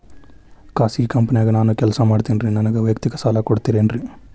ಖಾಸಗಿ ಕಂಪನ್ಯಾಗ ನಾನು ಕೆಲಸ ಮಾಡ್ತೇನ್ರಿ, ನನಗ ವೈಯಕ್ತಿಕ ಸಾಲ ಕೊಡ್ತೇರೇನ್ರಿ?